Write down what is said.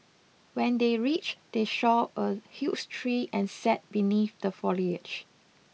when they reached they saw a huge tree and sat beneath the foliage